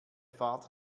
fahrt